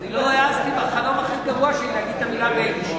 אני לא העזתי בחלום הכי גרוע שלי להגיד את המלה "ביינישים".